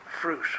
fruit